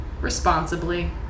responsibly